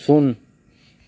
ଶୂନ